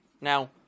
Now